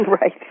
Right